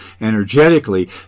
energetically